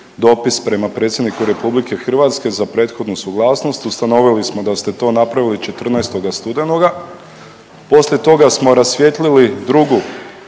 prema predsjedniku RH za prethodnu suglasnost, ustanovili smo da ste to napravili 14. studenoga, poslije toga smo rasvijetlili drugu